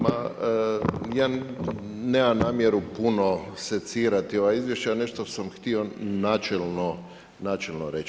Ma ja nemam namjeru puno secirati ova izvješća, nešto sam htio načelno reći.